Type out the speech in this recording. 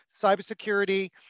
cybersecurity